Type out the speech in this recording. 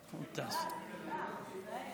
מעט.)